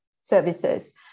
services